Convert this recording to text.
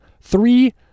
three